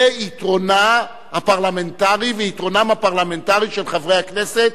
זה יתרונה הפרלמנטרי ויתרונם הפרלמנטרי של חברי הכנסת,